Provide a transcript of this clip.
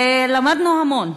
ולמדנו המון,